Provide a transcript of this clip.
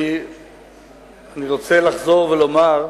אני רוצה לחזור ולומר: